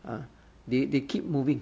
uh they they keep moving